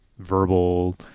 Verbal